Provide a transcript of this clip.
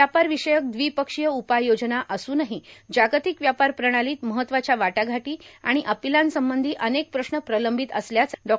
व्यापार विषयक दवीपक्षीय उपाययोजना असूनही जागतिक व्यापार प्रणालीत महत्वाच्या वाटाघाटी आणि अपिलांसंबंधी अनेक प्रश्न प्रलंबित असल्याचा डॉ